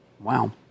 Wow